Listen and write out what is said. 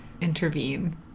intervene